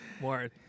Ward